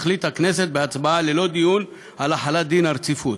תחליט הכנסת בהצבעה ללא דיון על החלת דין הרציפות.